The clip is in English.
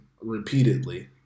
repeatedly